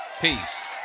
Peace